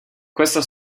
questa